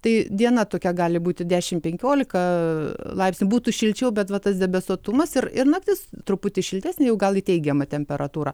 tai diena tokia gali būti dešim penkiolika laipsnių būtų šilčiau bet va tas debesuotumas ir ir naktis truputį šiltesnė jau gal į teigiamą temperatūrą